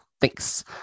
Thanks